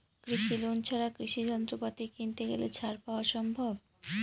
কৃষি লোন ছাড়া কৃষি যন্ত্রপাতি কিনতে গেলে ছাড় পাওয়া সম্ভব?